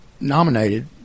nominated